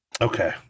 Okay